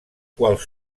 quals